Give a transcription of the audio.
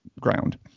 ground